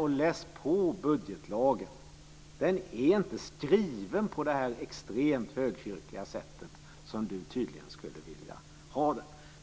och läs på budgetlagen, Mats Odell! Den är inte skriven på det extremt högkyrkliga sätt som ni tydligen skulle vilja ha den.